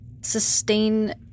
sustain